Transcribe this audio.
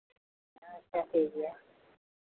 ᱟᱪᱪᱷᱟ ᱴᱷᱤᱠ ᱜᱮᱭᱟ